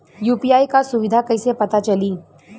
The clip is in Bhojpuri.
यू.पी.आई क सुविधा कैसे पता चली?